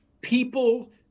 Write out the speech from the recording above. people